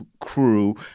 Crew